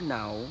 now